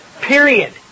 Period